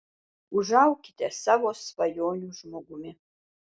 užaukite savo svajonių žmogumi